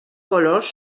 colors